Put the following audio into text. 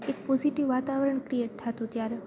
એક પોઝિટિવ વાતાવરણ ક્રિએટ થતું ત્યારે